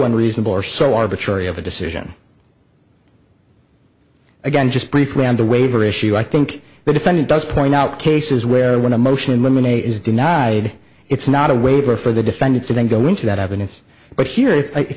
unreasonable or so arbitrary of a decision again just briefly on the waiver issue i think the defendant does point out cases where when a motion in limine a is denied it's not a waiver for the defendant to then go into that evidence but here if